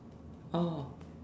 oh